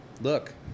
look